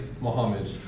Muhammad